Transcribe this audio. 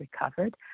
recovered